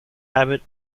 habit